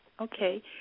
Okay